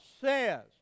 says